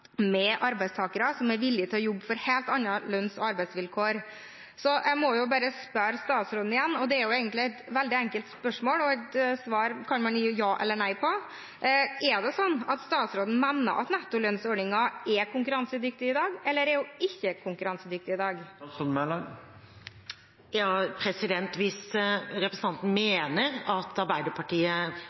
med arbeidstakere som er villig til å jobbe under helt andre lønns- og arbeidsvilkår. Jeg må bare spørre statsråden igjen – og det er egentlig et veldig enkelt spørsmål, et spørsmål man kan svare ja eller nei på: Mener statsråden at nettolønnsordningen er konkurransedyktig i dag, eller er den ikke konkurransedyktig i dag? Hvis representanten mener at Arbeiderpartiet